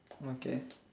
okay